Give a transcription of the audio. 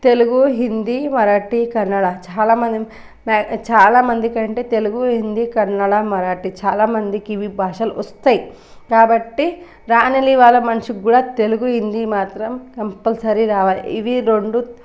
తెలుగు హిందీ మరాఠీ కన్నడ చాలామంది చాలా మందికి అంటే తెలుగు కన్నడ హిందీ మరాఠీ చాలామందికి ఇవి భాషలు వస్తాయి కాబట్టి రాలేని వాళ్ళ మనిషికి కూడా తెలుగు హిందీ మాత్రం కంపల్సరీ రావాలి ఇవి రెండు